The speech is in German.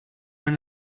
wenn